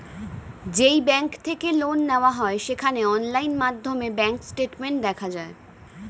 যেই ব্যাঙ্ক থেকে লোন নেওয়া হয় সেখানে অনলাইন মাধ্যমে ব্যাঙ্ক স্টেটমেন্ট দেখা যায়